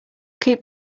keep